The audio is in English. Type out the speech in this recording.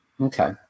okay